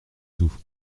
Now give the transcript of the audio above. tout